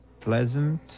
pleasant